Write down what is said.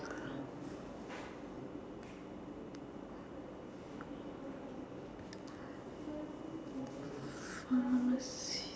pharmacy